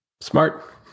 Smart